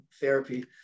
therapy